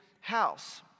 house